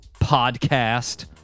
podcast